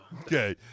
Okay